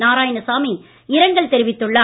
நாராயணசாமி இரங்கல் தெரிவித்துள்ளார்